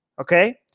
okay